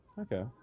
Okay